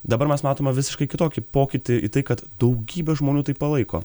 dabar mes matome visiškai kitokį pokytį į tai kad daugybė žmonių tai palaiko